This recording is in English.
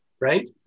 right